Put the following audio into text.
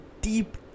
deep